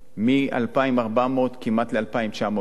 מ-2,400 לכמעט 2,900 שקל.